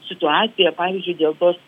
situacija pavyzdžiui dėl tos